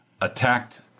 attacked